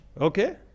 Okay